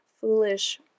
foolish